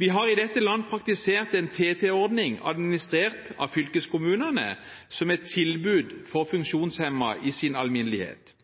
Vi har i dette land praktisert en TT-ordning administrert av fylkeskommunene som et tilbud for funksjonshemmede i sin alminnelighet.